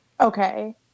Okay